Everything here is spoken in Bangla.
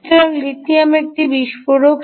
সুতরাং লিথিয়াম একটি বিস্ফোরক